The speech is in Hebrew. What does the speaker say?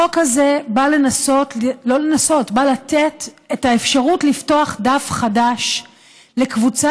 החוק הזה בא לתת את האפשרות לפתוח דף חדש לקבוצה